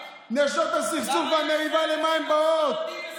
נשות הסכסוך והמריבה, למה הן באות?